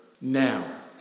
now